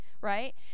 right